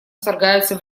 вторгаются